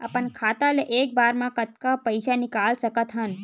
अपन खाता ले एक बार मा कतका पईसा निकाल सकत हन?